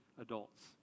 Adults